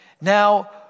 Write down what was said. Now